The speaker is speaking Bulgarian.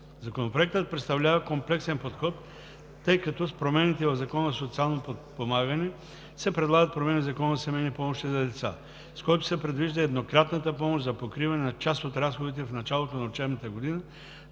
Законопроектът представлява комплексен подход, тъй като с промените в Закона за социално подпомагане се предлагат промени в Закона за семейни помощи за деца, с който се предвижда еднократната помощ за покриване на част от разходите в началото на учебната година